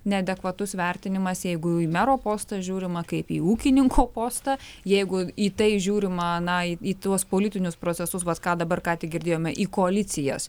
neadekvatus vertinimas jeigu į mero postą žiūrima kaip į ūkininko postą jeigu į tai žiūrima na į tuos politinius procesus vat ką dabar ką tik girdėjome į koalicijas